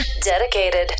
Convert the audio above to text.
dedicated